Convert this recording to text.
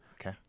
Okay